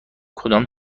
کدام